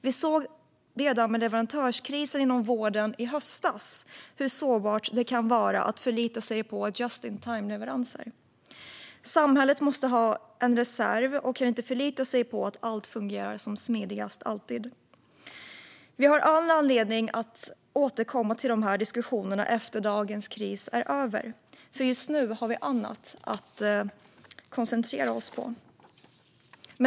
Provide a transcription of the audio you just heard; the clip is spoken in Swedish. Vi såg redan vid leverantörskrisen inom vården i höstas hur sårbart det kan vara att förlita sig på just-in-time-leveranser. Samhället måste ha en reserv och kan inte förlita sig på att allt alltid fungerar som smidigast. Vi har all anledning att återkomma till de här diskussionerna efter att dagens kris är över, för just nu har vi annat att koncentrera oss på.